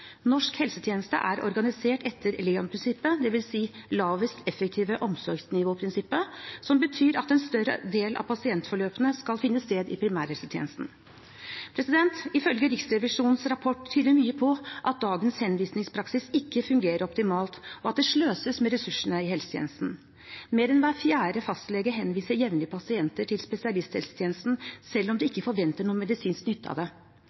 Norsk helsetjeneste er organisert etter LEON-prinsippet, dvs. Lavest Effektive Omsorgsnivå-prinsippet, som betyr at en større del av pasientforløpene skal finne sted i primærhelsetjenesten. Ifølge Riksrevisjonens rapport tyder mye på at dagens henvisningspraksis ikke fungerer optimalt, og at det sløses med ressursene i helsetjenesten. Mer enn hver fjerde fastlege henviser jevnlig pasienter til spesialisthelsetjenesten selv om de ikke forventer noen medisinsk nytte av det.